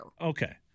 Okay